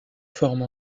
forme